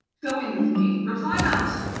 go in with me, reply not,